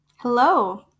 Hello